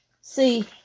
See